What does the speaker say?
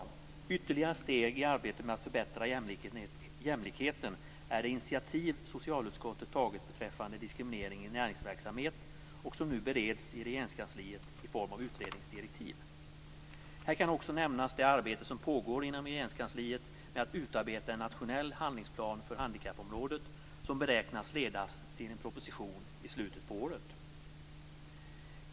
Ett ytterligare steg i arbetet med att förbättra jämlikheten är det initiativ som socialutskottet tagit beträffande diskriminering i näringsverksamhet. Det bereds nu i Regeringskansliet i form av utredningsdirektiv. Här kan också nämnas det arbete som pågår inom Regeringskansliet med att utarbeta en nationell handlingsplan för handikappområdet. Det beräknas leda till en proposition i slutet av året.